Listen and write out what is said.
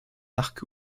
arc